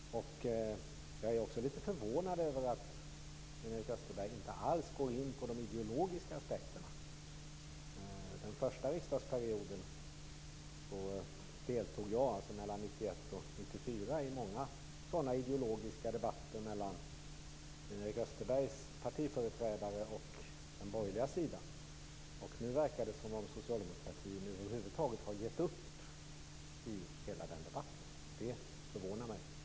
Jag är också litet förvånad över att Sven-Erik Österberg inte alls går in på de ideologiska aspekterna. Under riksdagsperioden 1991-1994 deltog jag i många ideologiska debatter med Sven-Erik Österbergs partiföreträdare och den borgerliga sidan. Nu verkar det som om socialdemokratin över huvud taget har gett upp i hela den debatten. Det förvånar mig litet grand.